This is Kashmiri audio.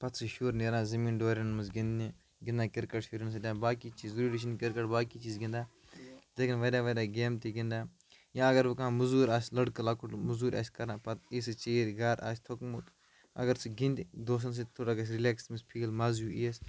پَتہٕ چھِ شُر نیران زمیٖن ڈوریٚن منٛز گِنٛدنہِ گِنٛدان کِرکٹ شُرٮ۪ن سۭتۍ یا باقے چیٖز ضروٗری چھِنہٕ کِرکٹ باقٕے چیٖز گِنٛدان یِتھے کَنہِ واریاہ واریاہ گیم تہِ گِنٛدان یا اَگر وٕ کانہہ موزوٗر آسہِ لڑکہ لَکُٹ مزوٗرۍ آسہِ کَران پَتہَ یی سُہ ژیٖرۍ گَر آسہِ تھوکمُت اگر سُہ گِنٛدِ دوسن سۭتۍ تھوڑا گژھِ رِلیکٕس تٔمِس فیٖل مَزی ہیُو یِیَس